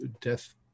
death